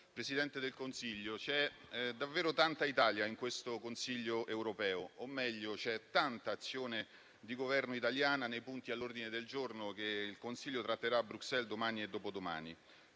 Presidente del Consiglio, c'è davvero tanta Italia in questo Consiglio europeo, o meglio, c'è tanta azione di Governo italiana nei punti all'ordine del giorno che il Consiglio tratterà a Bruxelles domani e dopodomani.